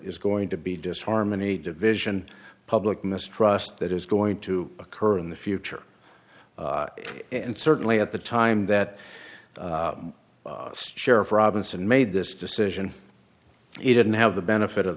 is going to be disharmony division public mistrust that is going to occur in the future and certainly at the time that sheriff robinson made this decision he didn't have the benefit of